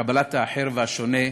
קבלת האחר והשונה,